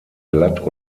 glatt